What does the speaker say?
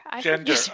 Gender